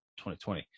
2020